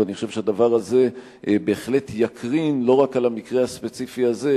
אני חושב שהדבר הזה בהחלט יקרין לא רק על המקרה הספציפי הזה,